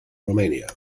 romania